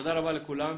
תודה רבה לכולם.